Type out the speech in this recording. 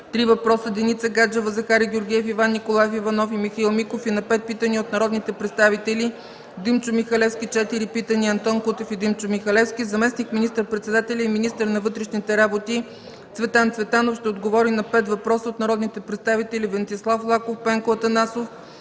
три въпроса, Деница Гаджева, Захари Георгиев, Иван Николаев Иванов, и Михаил Миков и на пет питания от народните представители Димчо Михалевски – четири питания, и Антон Кутев и Димчо Михалевски. Заместник министър-председателят и министър на вътрешните работи Цветан Цветанов ще отговори на пет въпроса от народните представители Венцислав Лаков, Пенко Атанасов,